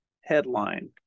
headline